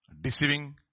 Deceiving